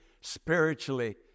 spiritually